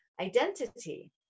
identity